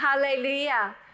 Hallelujah